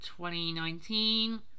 2019